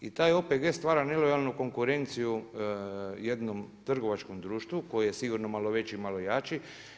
I taj OPG stvara nelojalnu konkurenciju jednom trgovačkom društvu koji je sigurno malo veći, malo jači.